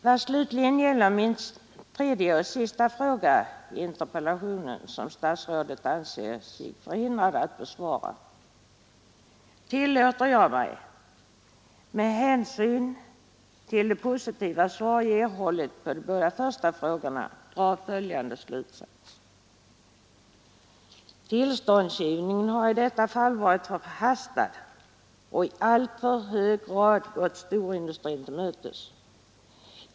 Vad slutligen gäller min tredje och sista fråga i interpellationen, som statsrådet anser sig förhindrad att besvara, tillåter jag mig, med hänsyn till de positiva svar jag erhållit på de båda första frågorna, dra följande slutsats: Tillståndsgivningen har i detta fall varit förhastad och i alltför hög grad gått storindustrin till mötes.